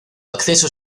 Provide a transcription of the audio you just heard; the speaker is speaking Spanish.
acceso